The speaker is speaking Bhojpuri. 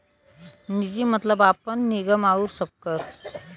निजी मतलब आपन, निगम आउर सबकर